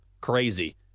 Crazy